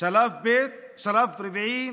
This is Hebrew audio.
שלב רביעי,